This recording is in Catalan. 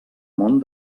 món